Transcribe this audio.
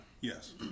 Yes